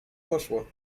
poszło